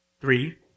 Three